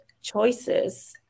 choices